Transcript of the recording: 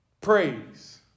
praise